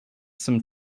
some